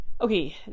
Okay